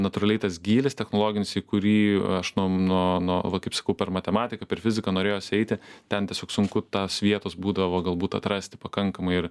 natūraliai tas gylis technologinis į kurį aš nuo nuo nuo va kaip sakau per matematiką per fiziką norėjosi eiti ten tiesiog sunku tas vietos būdavo galbūt atrasti pakankamai ir